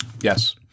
yes